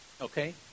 Okay